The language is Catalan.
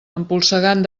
empolsegant